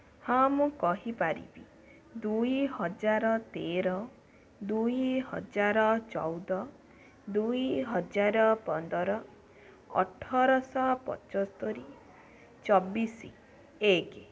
ହଁ ମୁଁ କହିପାରିବି ଦୁଇହଜାର ତେର ଦୁଇହଜାର ଚଉଦ ଦୁଇହଜାର ପନ୍ଦର ଅଠରଶହ ପଞ୍ଚସ୍ତୋରୀ ଚବିଶ ଏକ